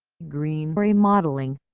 green remodeling,